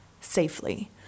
safely